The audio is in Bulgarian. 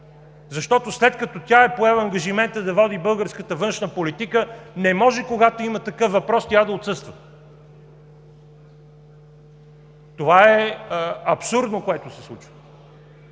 След като е поела ангажимента да води българската външна политика, не може, когато има такъв въпрос, тя да отсъства! Това е абсурдно, което се случва!